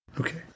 Okay